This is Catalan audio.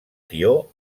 tió